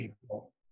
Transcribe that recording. people